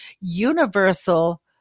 universal